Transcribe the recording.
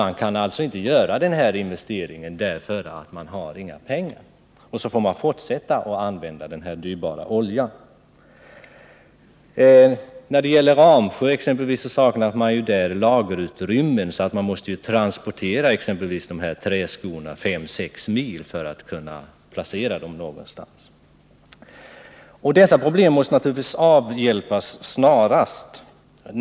Men man kan inte göra erforderliga investeringar därför att det saknas pengar, och så får man fortsätta att använda den dyrbara oljan. Vid Ramsjöfabriken saknas lagerutrymmen, vilket gör att man måste transportera träskorna fem å sex mil för att kunna placera dem någonstans, OSV. Dessa problem måste naturligtvis avhjälpas snarast.